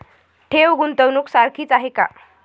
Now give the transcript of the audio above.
ठेव, गुंतवणूक सारखीच आहे का?